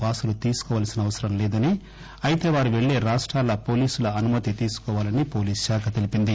పాసులు తీసుకోవాల్సిన అవసరం లేదని అయితే వారు పెళ్వే రాష్టాల పోలీసుల అనుమతి తీసుకోవాలని పోలీసు శాఖ తెలిపింది